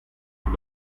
mit